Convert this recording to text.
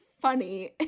funny